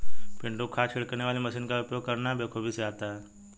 पिंटू को खाद छिड़कने वाली मशीन का उपयोग करना बेखूबी से आता है